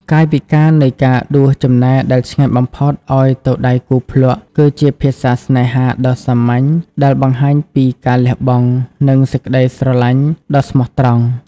កាយវិការនៃការដួសចំណែកដែលឆ្ងាញ់បំផុតឱ្យទៅដៃគូភ្លក់ គឺជាភាសាស្នេហាដ៏សាមញ្ញដែលបង្ហាញពីការលះបង់ និងសេចក្ដីស្រឡាញ់ដ៏ស្មោះត្រង់។